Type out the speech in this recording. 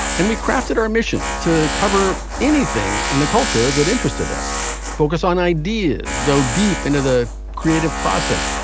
and we crafted our mission to cover anything in the culture that interested us focus on ideas, go deep into the creative process,